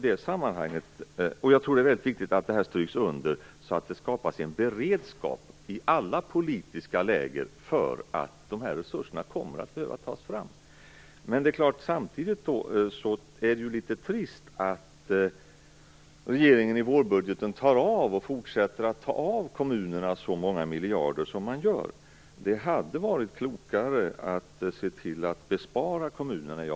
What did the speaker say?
Det är viktigt att detta betonas, så att det skapas en beredskap i alla politiska läger för att dessa resurser kommer att behöva tas fram. Samtidigt är det litet trist att regeringen i vårbudgeten fortsätter att ta ifrån kommunerna så många miljarder som man gör. Det hade varit klokare att se till att bespara kommunerna detta.